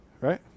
right